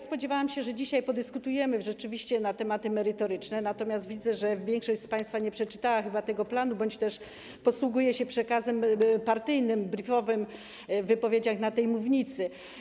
Spodziewałam się, że dzisiaj rzeczywiście podyskutujemy na tematy merytoryczne, natomiast widzę, że większość z państwa nie przeczytała chyba tego planu bądź też posługuje się przekazem partyjnym, briefowym w wypowiedziach na tej mównicy.